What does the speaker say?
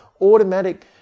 automatic